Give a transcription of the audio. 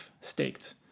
staked